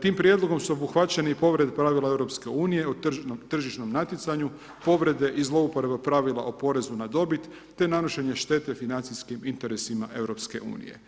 Tim prijedlogom su obuhvaćeni i ... pravila EU o tržišnom natjecanju, povrede i zlouporaba pravila o porezu na dobit te nanošenje štete financijskim interesima EU.